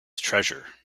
treasure